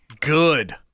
good